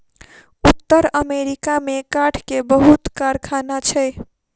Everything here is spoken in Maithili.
उत्तर अमेरिका में काठ के बहुत कारखाना छै